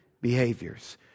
behaviors